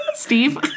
Steve